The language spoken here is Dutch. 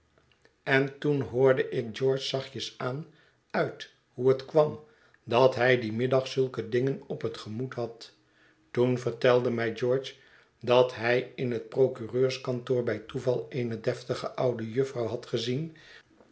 en toen hoorde ik george zachtjes aan uit hoe het kwam dat hij dien middag zulke dingen op het gemoed had toen vertelde mij george dat hij in het procureurs kantoor bij toeval eene deftige oude jufvrouw had gezien